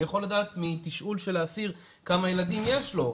אני יכול לדעת מתשאול של האסיר כמה ילדים יש לו,